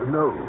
no